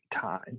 time